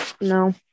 no